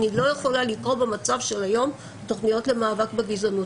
אני לא יכולה לקרוא במצב של היום לתוכניות "מאבק בגזענות",